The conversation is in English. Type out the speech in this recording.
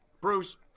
Bruce